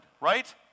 right